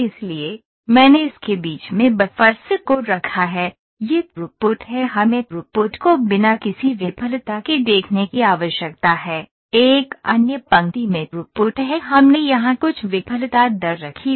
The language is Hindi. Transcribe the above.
इसलिए मैंने इसके बीच में बफ़र्स को रखा है यह थ्रूपुट है हमें थ्रूपुट को बिना किसी विफलता के देखने की आवश्यकता है एक अन्य पंक्ति में थ्रूपुट है हमने यहां कुछ विफलता दर रखी है